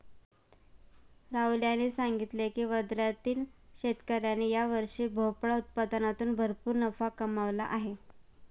राहुल यांनी सांगितले की वर्ध्यातील शेतकऱ्यांनी यावर्षी भोपळा उत्पादनातून भरपूर नफा कमावला आहे